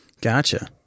Gotcha